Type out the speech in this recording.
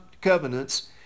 covenants